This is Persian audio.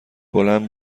بلند